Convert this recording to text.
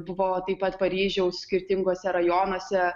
buvo taip pat paryžiaus skirtinguose rajonuose